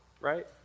right